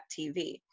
TV